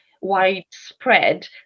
widespread